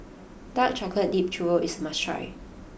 Dark Chocolate Dipped Churro is a must try